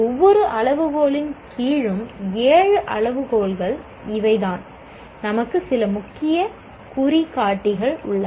ஒவ்வொரு அளவுகோலின் கீழும் ஏழு அளவுகோல்கள் இவைதான் நமக்கு சில முக்கிய குறிகாட்டிகள் உள்ளன